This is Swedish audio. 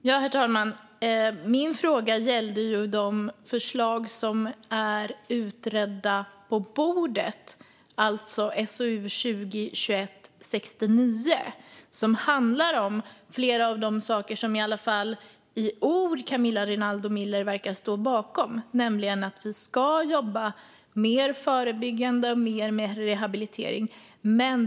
Herr talman! Min fråga gällde ju de förslag som är utredda och ligger på bordet, alltså SOU 2021:69, som handlar om flera av de saker som Camilla Rinaldo Miller i alla fall i ord verkar stå bakom, nämligen att vi ska jobba mer förebyggande och mer med rehabilitering.